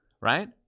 Right